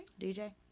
DJ